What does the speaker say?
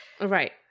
Right